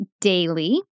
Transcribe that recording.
daily